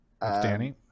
Danny